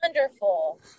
wonderful